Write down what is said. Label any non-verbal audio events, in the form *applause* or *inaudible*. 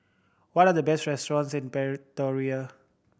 what are the best restaurants in *unintelligible*